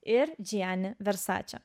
ir džiani versačė